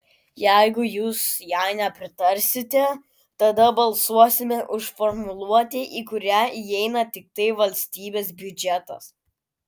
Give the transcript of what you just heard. jeigu jūs jai nepritarsite tada balsuosime už formuluotę į kurią įeina tiktai valstybės biudžetas